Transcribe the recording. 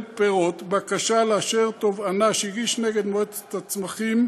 פירות בקשה לאשר תובענה שהגיש נגד מועצת הצמחים